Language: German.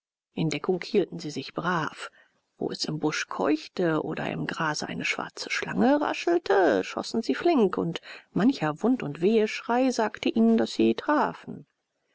deckung hielten sie sich brav wo es im busch keuchte oder im grase eine schwarze schlange raschelte schossen sie flink und mancher wund und weheschrei sagte ihnen daß sie trafen